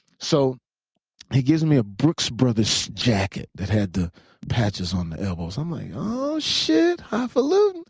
so he gives me a brooks brothers jacket that had the patches on the elbows. i'm like, oh, shit, highfalu.